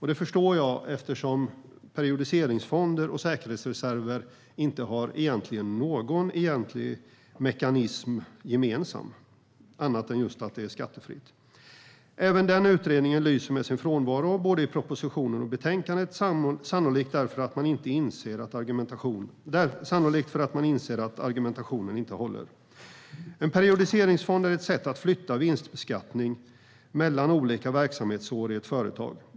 Det förstår jag eftersom periodiseringsfonder och säkerhetsreserver inte har någon egentlig mekanism gemensam annat än att de är skattefria. Även den utredningen lyser med sin frånvaro både i propositionen och betänkandet, sannolikt därför att man inser att argumentationen inte håller. En periodiseringsfond är ett sätt att flytta vinstbeskattning mellan olika verksamhetsår i ett företag.